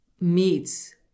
meats